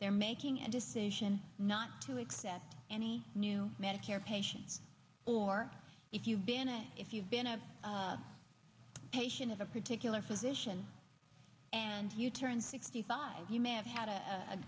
they're making a decision not to accept any new medicare patients or if you've been a if you've been a patient of a particular physician and you turn sixty five you may have had a